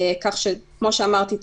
כך שכמו שאמרתי,